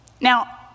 now